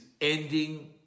ending